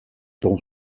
tant